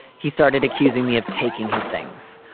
he started accusing me of taking his things.